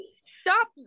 Stop